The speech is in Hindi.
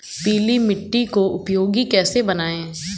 पीली मिट्टी को उपयोगी कैसे बनाएँ?